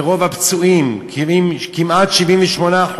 ורוב הפצועים, כמעט 78%,